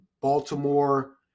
Baltimore